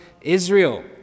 Israel